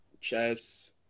chess